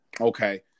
Okay